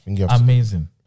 amazing